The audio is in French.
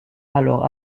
alors